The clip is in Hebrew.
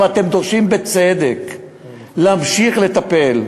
ואתם דורשים בצדק להמשיך לטפל.